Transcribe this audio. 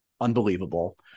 Unbelievable